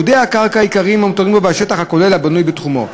ייעודי הקרקע העיקריים המותרים בו והשטח הכולל הבנוי בתחומו.